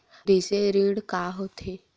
कृषि ऋण का होथे?